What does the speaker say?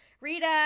Rita